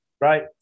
right